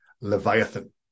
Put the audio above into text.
Leviathan